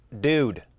Dude